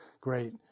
great